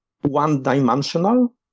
one-dimensional